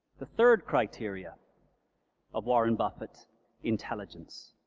the third criteria of warren buffett intelligence.